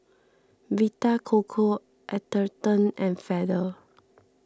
Vita Coco Atherton and Feather